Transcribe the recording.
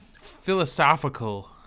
philosophical